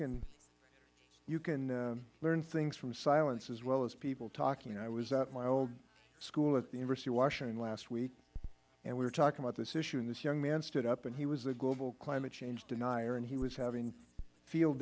sometimes you can learn things from silence as well as people talking i was at my old school at the university of washington last week and we were talking about this issue and this young man stood up and he was a global climate change denier and he was having a field